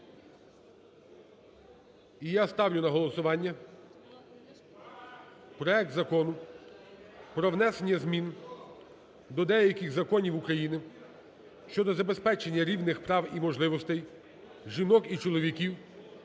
І я ставлю на голосування проект Закону про внесення змін до деяких законів України щодо забезпечення рівних прав і можливостей жінок і чоловіків